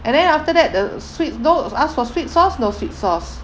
and then after that the sweet sauce got ask for sweet sauce no sweet sauce